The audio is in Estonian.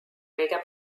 kõige